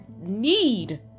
need